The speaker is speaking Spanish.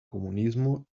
comunismo